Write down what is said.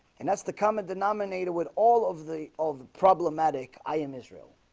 and that's the common denominator with all of the of the problematic. i am israel